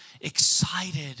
excited